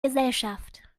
gesellschaft